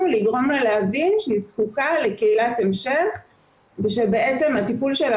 לגרום לה להבין שהיא זקוקה לקהילת המשך ושבעצם הטיפול שלה